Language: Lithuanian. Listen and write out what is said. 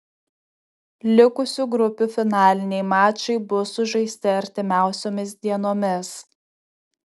likusių grupių finaliniai mačai bus sužaisti artimiausiomis dienomis